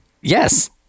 Yes